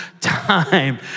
time